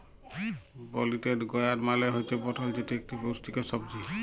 পলিটেড গয়ার্ড মালে হুচ্যে পটল যেটি ইকটি পুষ্টিকর সবজি